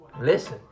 listen